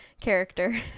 character